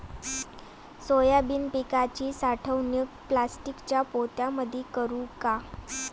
Soybean पिकाची साठवणूक प्लास्टिकच्या पोत्यामंदी करू का?